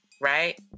right